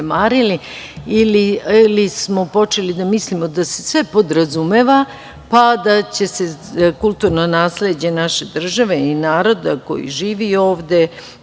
zanemarili ili smo počeli da mislimo da se sve podrazumeva, pa da će se kulturno nasleđe naše države i naroda koji živi ovde,